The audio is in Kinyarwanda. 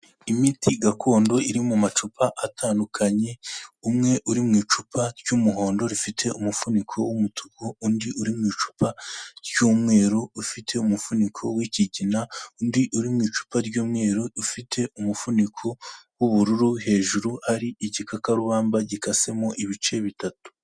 Imiti gakondo iri mu macupa atandukanye, umwe uri mu icupa ry'umuhondo rifite umufuniko w'umutuku, undi uri mu icupa ry'umweru ufite umufuniko w'ikigina, undi uri mu icupa ry'umweru ufite umufuniko w'ubururu hejuru ari igikakarubamba gikasemo ibice bitatu.